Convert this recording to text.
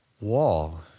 wall